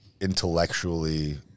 intellectually